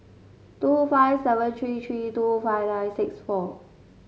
two five seven three three two five nine six four